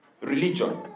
Religion